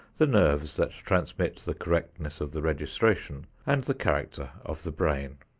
the nerves that transmit the correctness of the registration, and the character of the brain.